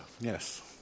Yes